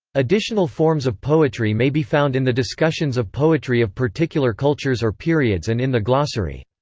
additional forms of poetry may be found in the discussions of poetry of particular cultures or periods and in the glossary.